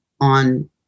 on